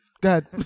Good